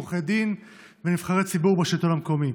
עורכי דין ונבחרי ציבור בשלטון המקומי.